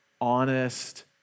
honest